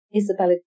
Isabella